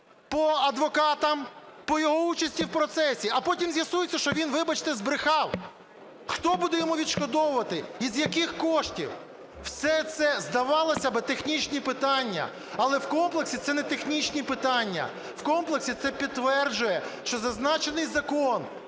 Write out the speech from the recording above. по адвокатах, по його участі в процесі, а потім з'ясується, що він, вибачте, збрехав. Хто буде йому відшкодовувати і з яких коштів? Все це, здавалося би, технічні питання, але в комплексі це не технічні питання, у комплексі це підтверджує, що зазначений закон